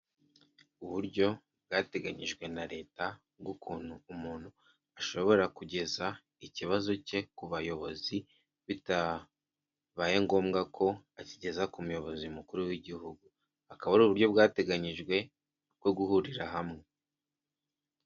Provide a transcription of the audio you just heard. Uburyo bwateganyijwe na leta bw'ukuntu umuntu ashobora kugeza ikibazo cye ku bayobozi bitabaye ngombwa ko akigeza ku muyobozi mukuru w'igihugu, akaba ari uburyo bwateganyijwe bwo guhurira hamwe.